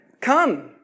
come